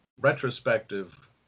retrospective